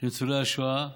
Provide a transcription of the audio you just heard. לניצולי השואה,